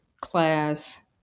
class